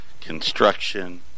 construction